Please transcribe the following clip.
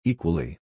Equally